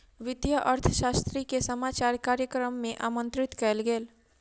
वित्तीय अर्थशास्त्री के समाचार कार्यक्रम में आमंत्रित कयल गेल